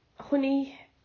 honey